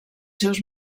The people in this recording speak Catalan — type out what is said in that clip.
seus